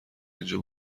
اینجا